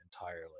entirely